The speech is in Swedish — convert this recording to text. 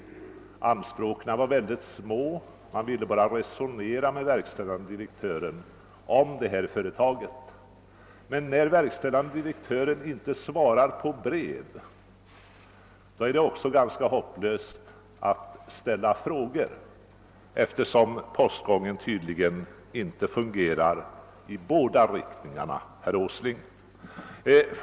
Anspråken var små; man ville bara resonera med verkställande direktören om företaget. Men när verkställande direktören inte svarar på brev är det ganska hopplöst att ställa frågor — postgången fungerar tydligen inte i båda riktningarna.